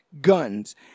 guns